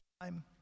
time